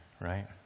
Right